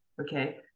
okay